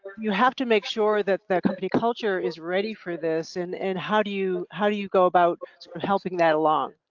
you have to make sure that the company culture is ready for this and and how do you how do you go about helping that along?